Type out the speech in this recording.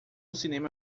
cinema